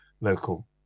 local